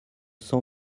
cent